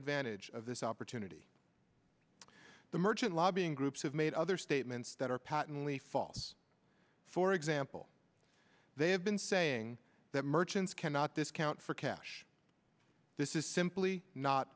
advantage of this opportunity the merchant lobbying groups have made other statements that are patently false for example they have been saying that merchants cannot discount for cash this is simply not